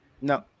No